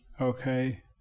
okay